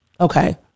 okay